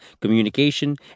communication